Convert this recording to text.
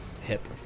hip